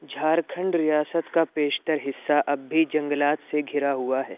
جھارکھنڈ ریاست کا بیشتر حصہ اب بھی جنگلات سے گھرا ہوا ہے